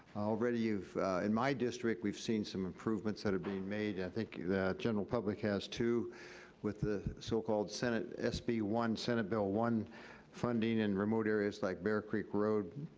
already we've in my district, we've seen some improvements that are being made. i think that general public has too with the so-called senate sb one, senate bill one funding in remote areas like bear creek road,